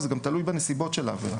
זה גם תלוי בנסיבות של העבירה.